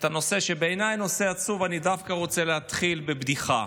את הנושא שבעיניי הוא נושא עצוב אני דווקא רוצה להתחיל בבדיחה.